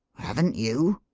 haven't you?